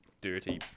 dirty